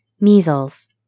Measles